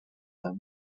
their